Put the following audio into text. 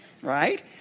right